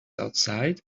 outside